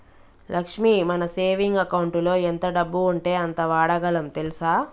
లక్ష్మి మన సేవింగ్ అకౌంటులో ఎంత డబ్బు ఉంటే అంత వాడగలం తెల్సా